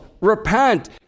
repent